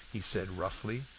he said roughly.